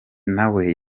nawe